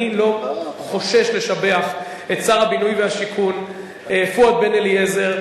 לא חושש לשבח את שר הבינוי והשיכון פואד בן-אליעזר,